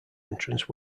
entrance